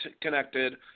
connected